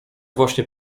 właśnie